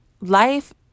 Life